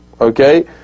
Okay